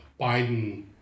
Biden